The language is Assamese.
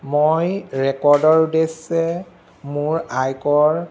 মই ৰেকৰ্ডৰ উদ্দেশ্যে মোৰ আয়কৰ